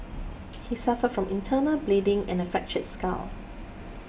he suffered from internal bleeding and a fractured skull